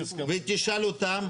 ותשאל אותם.